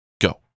Go